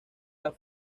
las